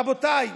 רבותיי,